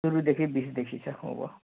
सुरुदेखि बिसदेखि छ उँभो